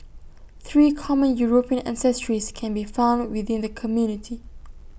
three common european ancestries can be found within the community